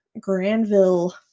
Granville